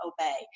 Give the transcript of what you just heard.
obey